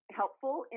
helpful